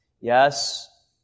Yes